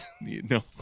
No